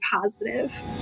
positive